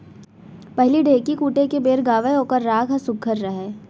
पहिली ढ़ेंकी कूटे के बेर गावयँ ओकर राग ह सुग्घर रहय